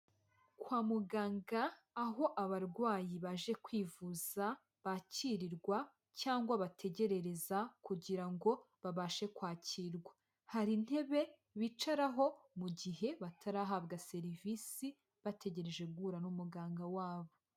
Kwa muganga aho abarwayi baje kwivuza bakirirwa cyangwa bategerereza kugira ngo babashe kwakirwa. Hari intebe bicaraho mu gihe batarahabwa serivisi, bategereje guhura n'umuganga wabo.